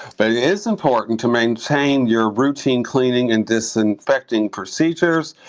but it is important to maintain your routine cleaning and disinfecting procedures.